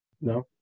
no